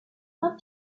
saint